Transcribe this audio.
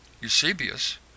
Eusebius